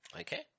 Okay